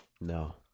No